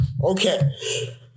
Okay